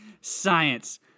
Science